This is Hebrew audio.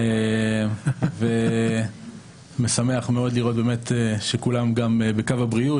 וזה משמח מאוד לראות שכולם גם בקו הבריאות,